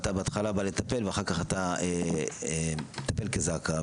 ואתה בהתחלה בא לטפל ואחר כך אתה מטפל כזק"א.